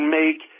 make